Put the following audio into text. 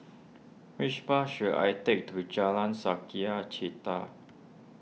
which bus should I take to Jalan Sukachita